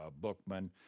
Bookman